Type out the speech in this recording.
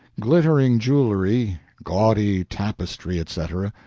glittering jewelry, gaudy tapestry, etc,